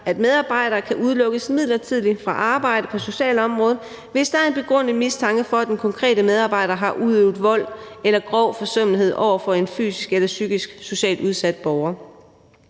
at medarbejdere kan udelukkes midlertidigt fra at arbejde på socialområdet, hvis der er en begrundet mistanke om, at den konkrete medarbejder har udøvet vold eller grov forsømmelighed over for en fysisk eller psykisk socialt udsat borger.